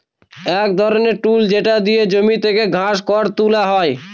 এক ধরনের টুল যেটা দিয়ে জমি থেকে ঘাস, খড় তুলা হয়